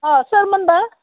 अ सोरमोनबा